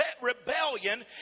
rebellion